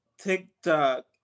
TikTok